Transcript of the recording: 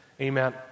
Amen